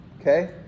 Okay